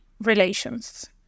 relations